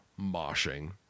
moshing